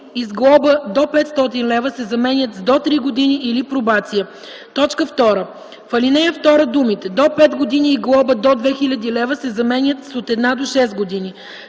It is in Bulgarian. и глоба до 500 лв.” се заменят с „до 3 години или пробация”. 2. В ал. 2 думите „до 5 години и глоба до 2000 лв.” се заменят с „от 1 до 6 години”.